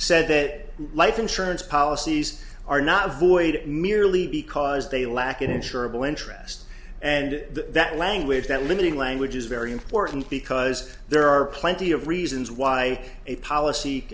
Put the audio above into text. said that life insurance policies are not void it merely because they lack insurable interest and that language that limiting language is very important because there are plenty of reasons why a policy